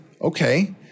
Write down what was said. okay